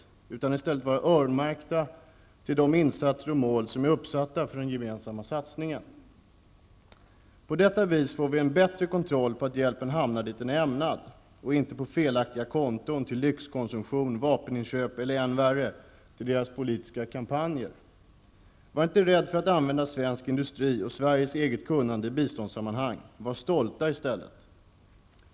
I stället skall de vara öronmärkta för insatser och för mål som är uppsatta för den gemensamma satsningen. På detta vis får vi en bättre kontroll på att hjälpen verkligen hamnar där den är ämnad att sättas in. Hjälpen får inte gå till felaktiga konton, till lyxkonsumtion, till vapenköp eller, något som är än värre, till politiska kampanjer. Var inte rädd för att använda svensk industri och Sveriges eget kunnande i biståndssammanhang! Var i stället stolta!